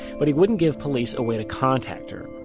but he wouldn't give police a way to contact her